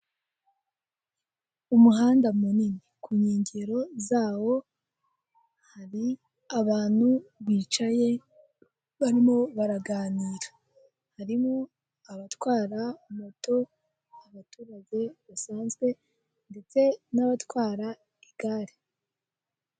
Umuhanda munini. Ku nkengero zawo hari abantu bicaye, barimo baraganira. Harimo abatwara moto, abaturage basanzwe, ndetse n'abatwara igare.